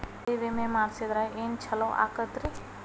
ಬೆಳಿ ವಿಮೆ ಮಾಡಿಸಿದ್ರ ಏನ್ ಛಲೋ ಆಕತ್ರಿ?